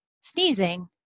sneezing